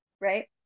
right